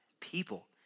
people